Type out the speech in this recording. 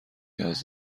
نیاز